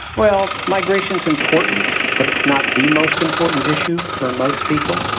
well migration's important, but it's not the most important issue for most people.